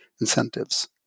incentives